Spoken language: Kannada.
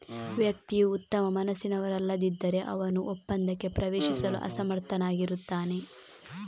ವ್ಯಕ್ತಿಯು ಉತ್ತಮ ಮನಸ್ಸಿನವರಲ್ಲದಿದ್ದರೆ, ಅವನು ಒಪ್ಪಂದಕ್ಕೆ ಪ್ರವೇಶಿಸಲು ಅಸಮರ್ಥನಾಗಿರುತ್ತಾನೆ